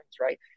right